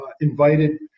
invited